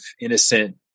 innocent